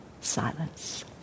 silence